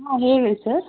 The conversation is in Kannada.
ಹಾಂ ಹೇಳಿ ಸರ್